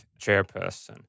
chairperson